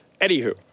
Anywho